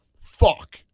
fuck